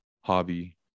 Hobby